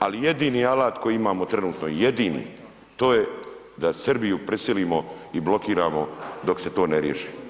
Ali jedini alat koji imamo, trenutno jedini, to je da Srbiju prisilimo i blokiramo dok se to ne riješi,